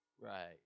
right